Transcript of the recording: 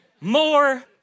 more